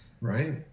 Right